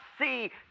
see